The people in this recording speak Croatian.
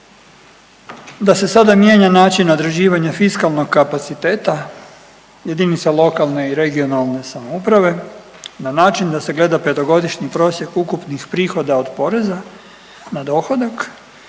da se sada mijenja način određivanja fiskalnog kapaciteta jedinica lokalne i regionalne samouprave na način da se gleda petogodišnji prosjek ukupnih prihoda od poreza na dohodak